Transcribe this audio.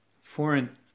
foreign